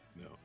no